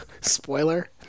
Spoiler